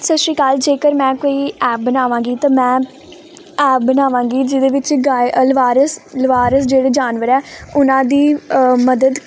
ਸਤਿ ਸ਼੍ਰੀ ਅਕਾਲ ਜੇਕਰ ਮੈਂ ਕੋਈ ਐਪ ਬਣਾਵਾਂਗੀ ਤਾਂ ਮੈਂ ਐਪ ਬਣਾਵਾਂਗੀ ਜਿਹਦੇ ਵਿੱਚ ਗਾਏ ਅਲਵਾਰਸ ਲਵਾਰਿਸ ਜਿਹੜੇ ਜਾਨਵਰ ਆ ਉਹਨਾਂ ਦੀ ਮਦਦ